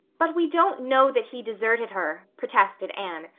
but we don't know that he deserted her, protested anne,